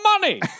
money